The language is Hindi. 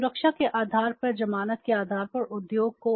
सुरक्षा के आधार पर जमानत के आधार पर उद्योग को